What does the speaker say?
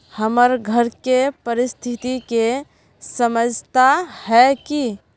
हमर घर के परिस्थिति के समझता है की?